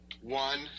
one